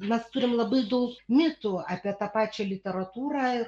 mes turim labai daug mitų apie tą pačią literatūrą ir